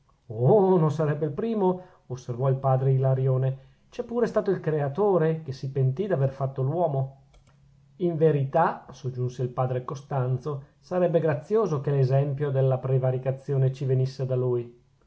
oh non sarebbe il primo osservò il padre ilarione c'è pure stato il creatore che si pentì d'aver fatto l'uomo in verità soggiunse il padre costanzo sarebbe grazioso che l'esempio della prevaricazione ci venisse da lui